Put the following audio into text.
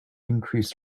increased